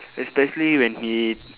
especially when he